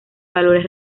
valores